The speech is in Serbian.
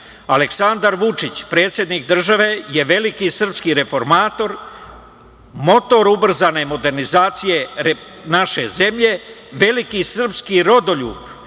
Aleksandar Vučić, predsednik države je veliki srpski reformator, motor ubrzane modernizacije naše zemlje, veliki srpski rodoljub